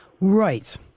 Right